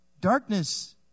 Darkness